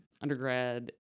undergrad